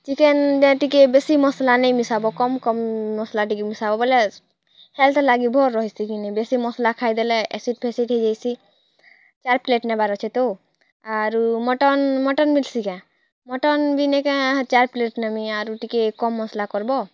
chicken ରେ ଟିକେ ବେଶୀ ମସଲା ନେଇଁ ମିଶାବ୍ କମ୍ କମ୍ ମସଲା ଟିକେ ମିଶାବ୍ ବୋଲେ ହେଲତ୍ ଭର୍ ରହିସି କିନି ବେଶୀ ମସଲା ଖାଇଦେଲେ ଏସିଡ଼୍ ଫେସିଡ଼୍ ହେଇ ଯାଇସି ଚାର୍ ପ୍ଲେଟ୍ ନେବାର୍ ଅଛି ତ ଆରୁ ମଟନ୍ ମଟନ୍ ମିଲ୍ ସି କେଁ ମଟନ୍ ବି ନେଇଁକେ ହେଁ ଚାର୍ ପ୍ଲେଟ୍ ନେମି ଆରୁ ଟିକେ କମ୍ ମସଲା କରବ୍